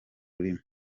rurimi